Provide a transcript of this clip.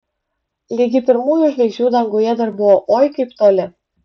ligi pirmųjų žvaigždžių danguje dar buvo oi kaip toli